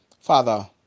father